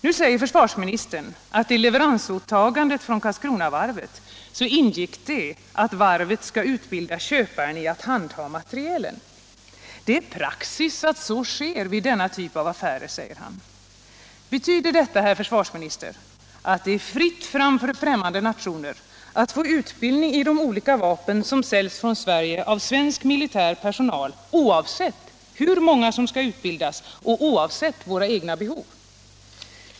Nu säger försvarsministern att i leveransåtagandet från Karlskronavarvet ingick att varvet skulle utbilda köparen i att handha materielen. Det är praxis att så sker vid denna typ av affärer, säger han. Betyder detta, herr försvarsminister, att det är fritt fram för främmande nationer att få utbildning i de olika vapen som säljs ifrån Sverige av svensk militär personal, oavsett hur många som skall utbildas och oavsett våra egna behov?